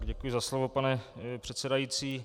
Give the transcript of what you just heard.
Děkuji za slovo, pane předsedající.